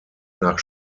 nach